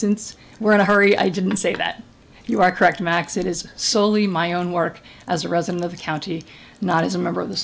since we're in a hurry i didn't say that you are correct max it is soley my own work as a resident of the county not as a member of the